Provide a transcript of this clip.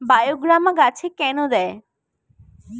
বায়োগ্রামা গাছে কেন দেয়?